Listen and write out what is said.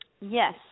Yes